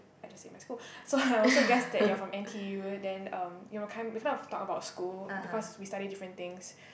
I just said my school so I also guess that you're from N_T_U then um you know can we kind of talk about school because we study different things